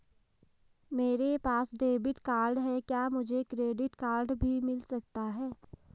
मेरे पास debit card है क्या मुझे क्रेडिट कार्ड भी मिल सकता है?